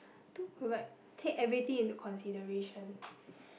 to pro~ take everything into consideration